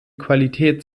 qualität